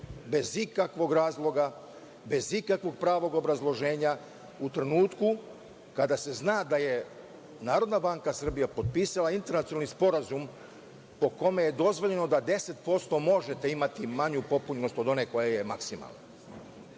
bez ikakvog razloga, bez ikakvog pravog obrazloženja, u trenutku kada se zna da je Narodna banka Srbije potpisala internacionalni sporazum po kome je dozvoljeno da 10% možete imati manju popunjenost od one koja je maksimalna. Upravo